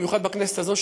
במיוחד בכנסת הזאת,